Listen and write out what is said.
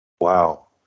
Wow